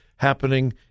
happening